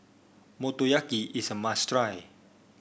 motoyaki is a must try